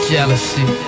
Jealousy